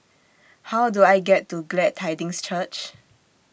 How Do I get to Glad Tidings Church